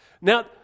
Now